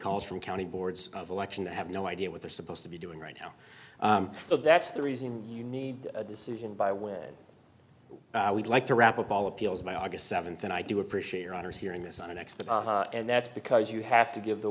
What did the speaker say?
calls from county boards of election that have no idea what they're supposed to be doing right now but that's the reason you need a decision by when we'd like to wrap up all appeals by august th and i do appreciate your honor's hearing this on an expert and that's because you have to give the